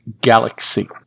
galaxy